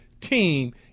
team